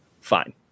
fine